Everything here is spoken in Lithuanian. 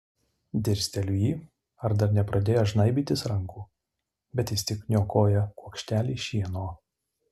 dirsteliu į jį ar dar nepradėjo žnaibytis rankų bet jis tik niokoja kuokštelį šieno